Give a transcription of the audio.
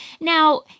Now